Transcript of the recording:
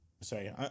sorry